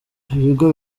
ibigo